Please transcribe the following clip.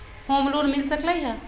Home loan मिल सकलइ ह?